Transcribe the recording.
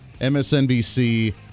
MSNBC